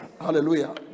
Hallelujah